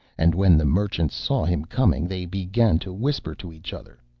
and when the merchants saw him coming, they began to whisper to each other,